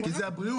כי זה הבריאות.